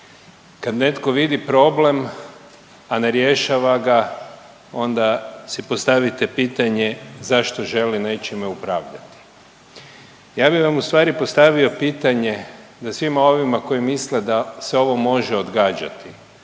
kad netko vidi problem, a ne rješava ga, onda si postavite pitanje zašto želi nečime upravljati? Ja bi vam ustvari postavio pitanje da svima ovima koji misle da se ovo može odgađati,